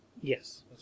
Yes